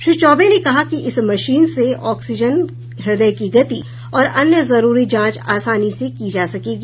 श्री चौबे ने कहा कि इस मशीन से ऑक्सीजन हृदय की गति और अन्य जरूरी जांच आसानी से की जा सकेगी